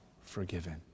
forgiven